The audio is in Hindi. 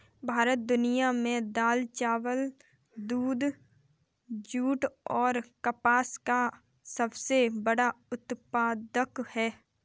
भारत दुनिया में दाल, चावल, दूध, जूट और कपास का सबसे बड़ा उत्पादक है